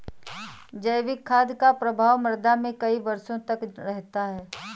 जैविक खाद का प्रभाव मृदा में कई वर्षों तक रहता है